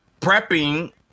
prepping